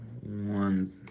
one